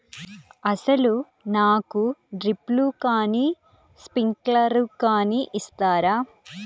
అసలు నాకు డ్రిప్లు కానీ స్ప్రింక్లర్ కానీ ఇస్తారా?